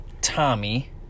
Tommy